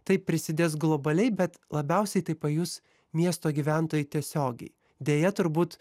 taip prisidės globaliai bet labiausiai tai pajus miesto gyventojai tiesiogiai deja turbūt